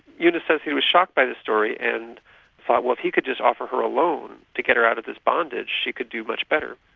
yunus said he was shocked by the story and thought well if he could just offer her a loan to get her out of this bondage, she could do much better.